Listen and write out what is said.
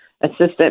assistant